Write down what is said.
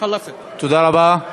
תודה רבה.